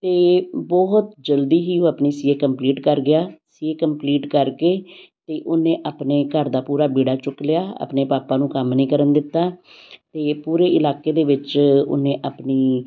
ਅਤੇ ਬਹੁਤ ਜਲਦੀ ਹੀ ਉਹ ਆਪਣੀ ਸੀ ਏ ਕੰਪਲੀਟ ਕਰ ਗਿਆ ਸੀ ਏ ਕੰਪਲੀਟ ਕਰਕੇ ਅਤੇ ਉਹਨੇ ਆਪਣੇ ਘਰ ਦਾ ਪੂਰਾ ਬੀੜਾ ਚੁੱਕ ਲਿਆ ਆਪਣੇ ਪਾਪਾ ਨੂੰ ਕੰਮ ਨਹੀਂ ਕਰਨ ਦਿੱਤਾ ਅਤੇ ਪੂਰੇ ਇਲਾਕੇ ਦੇ ਵਿੱਚ ਉਹਨੇ ਆਪਣੀ